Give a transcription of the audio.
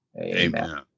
amen